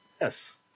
Yes